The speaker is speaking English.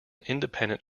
independent